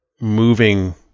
moving